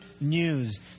news